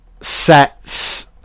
sets